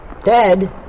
dead